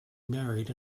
married